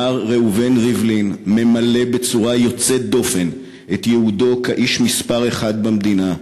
מר ראובן ריבלין ממלא בצורה יוצאת דופן את ייעודו כאיש מספר אחת במדינה,